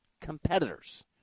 competitors